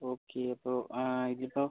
okay അപ്പോൾ ഇതിപ്പോൾ